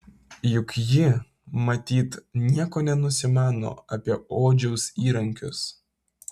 juk ji matyt nieko nenusimano apie odžiaus įrankius